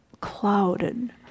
clouded